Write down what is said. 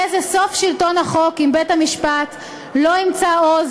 יהיה זה סוף שלטון החוק אם בית-המשפט לא ימצא עוז